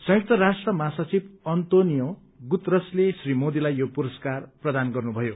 संयुक्त राष्ट्र महासचिव अन्तोनियो गुतरशले श्री मोदीलाई यो पुरस्कार प्रदान गर्नुभयो